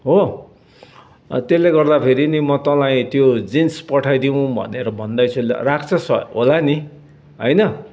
हो त्यसले गर्दाखेरि नि म तँलाई त्यो जिन्स पठाइदिउँ भनेर भन्दैछु ल राख्छस् होला नि होइन